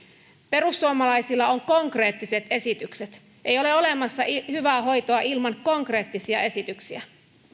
perussuomalaisilla on konkreettiset esitykset ei ole olemassa hyvää hoitoa ilman konkreettisia esityksiä meillä on